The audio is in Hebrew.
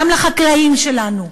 גם לחקלאים שלנו,